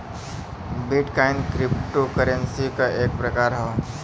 bit coin cryptocurrency क एक प्रकार हौ